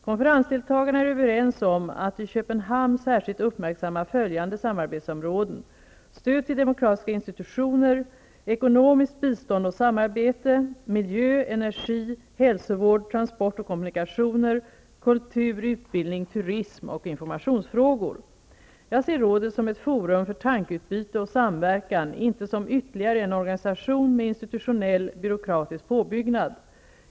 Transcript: Konferensdeltagarna är överens om att i Köpenhamn särskilt uppmärksamma följande samarbetsområden: stöd till demokratiska institutioner, ekonomiskt bistånd och samarbete, miljö, energi, hälsovård, transport och kommunikationer, kultur, utbildning, turism och informationsfrågor. Jag ser rådet som ett forum för tankeutbyte och samverkan, inte som ytterligare en organisation med institutionell, byråkratisk påbyggnad.